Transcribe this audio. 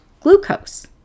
glucose